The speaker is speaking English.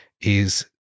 Is-